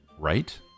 Right